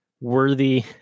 worthy